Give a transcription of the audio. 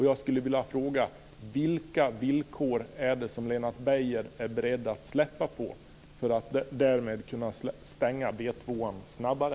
Jag skulle vilja fråga: Vilka villkor är det som Lennart Beijer är beredd att släppa på för att därmed kunna stänga B 2:an snabbare?